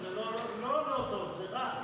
זה לא לא טוב, זה רע.